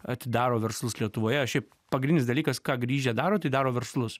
atidaro verslus lietuvoje šiaip pagrindinis dalykas ką grįžę daro tai daro verslus